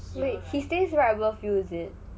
he stays right above you is it